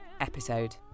episode